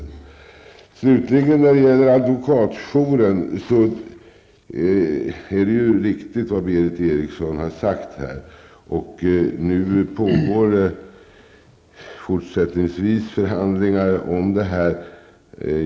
När det slutligen gäller advokatjourer är det Berith Eriksson här sagt riktigt. Det pågår fortsättningsvis förhandlingar om detta.